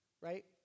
Right